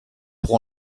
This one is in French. pour